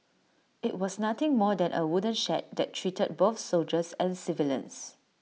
IT was nothing more than A wooden shed that treated both soldiers and civilians